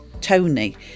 Tony